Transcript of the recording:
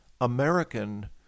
American